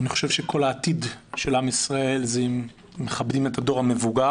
אני חושב שכל העתיד של עם ישראל הוא אם מכבדים את הדור המבוגר.